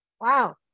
Wow